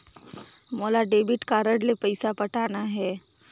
मोला debit card ले पइसा पटाना हे?